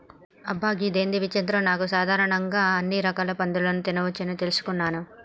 అబ్బ గిదేంది విచిత్రం నాను సాధారణంగా అన్ని రకాల పందులని తినవచ్చని తెలుసుకున్నాను